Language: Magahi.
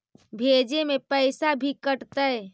भेजे में पैसा भी कटतै?